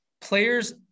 players